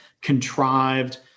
contrived